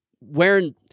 wearing